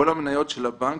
כל המניות של הבנק